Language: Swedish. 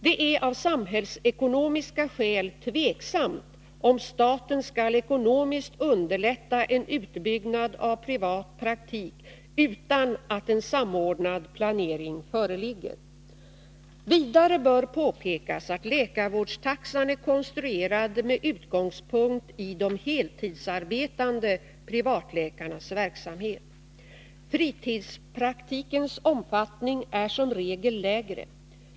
Det är av samhällsekonomiska skäl tveksamt om staten skall ekonomiskt underlätta en utbyggnad av privat praktik utan att en samordnad planering föreligger. Vidare bör påpekas att läkarvårdstaxan är konstruerad med utgångspunkt i de heltidsarbetande privatläkarnas verksamhet. Fritidspraktikens omkostnader är som regel lägre.